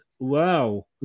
Wow